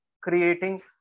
creating